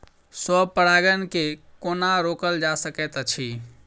स्व परागण केँ कोना रोकल जा सकैत अछि?